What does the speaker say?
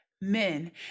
men